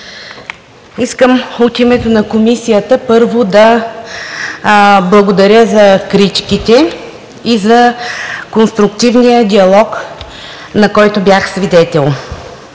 Искам от името на Комисията, първо, да благодаря за критиките и за конструктивния диалог, на който бях свидетел.